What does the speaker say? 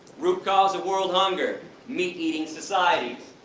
root cause of world hunger meat eating societies.